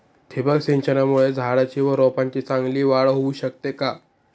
ठिबक सिंचनामुळे झाडाची व रोपांची चांगली वाढ होऊ शकते का?